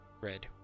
red